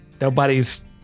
nobody's